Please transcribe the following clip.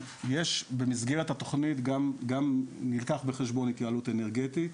במסגרת התכנית נלקח בחשבון גם התייעלות אנרגטית,